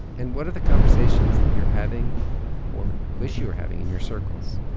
and what are the conversations that you're having or wish you were having in your circles?